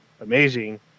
amazing